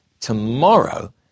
Tomorrow